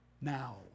now